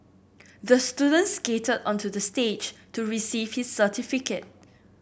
the student skated onto the stage to receive his certificate